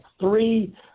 three